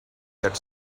that